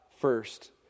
first